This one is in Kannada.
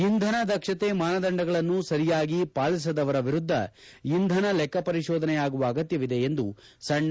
ಇಂಧನ ದಕ್ಷತೆ ಮಾನದಂಡಗಳನ್ನು ಸರಿಯಾಗಿ ಪಾಲಿಸದವರ ವಿರುದ್ದ ಇಂಧನ ಲೆಕ್ಕಪರಿಶೋಧನೆ ಆಗುವ ಅಗತ್ಯವಿದೆ ಎಂದು ಸಣ್ಣ